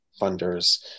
funders